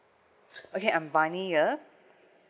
okay I'm manny here